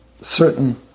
certain